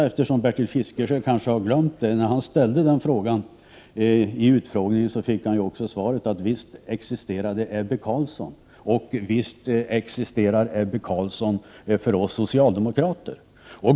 Eftersom Bertil Fiskesjö tydligen har glömt det, skall jag som kuriosa nämna att när Bertil Fiskesjö ställde frågan vid utfrågningen fick han svaret att visst existerade Ebbe Carlsson för oss socialdemokrater.